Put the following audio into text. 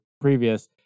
previous